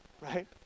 Right